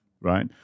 right